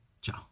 ciao